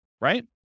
right